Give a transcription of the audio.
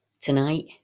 Tonight